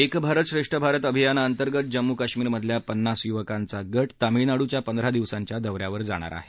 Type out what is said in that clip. एक भारत श्रेष्ठा भारत अभियानाअंतर्गत जम्मू कश्मीरमधल्या पन्नास युवकांचा गट तामिळनाडूच्या पंधरा दिवसांच्या दौऱ्यावर जाणार आहे